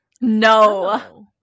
No